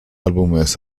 álbumes